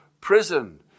prison